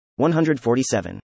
147